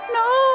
no